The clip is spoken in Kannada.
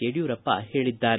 ಯಡಿಯೂರಪ್ಪ ಹೇಳಿದ್ದಾರೆ